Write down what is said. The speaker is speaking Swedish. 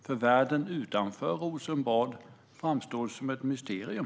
För världen utanför Rosenbad framstår ju detta som ett mysterium.